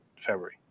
february